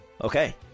Okay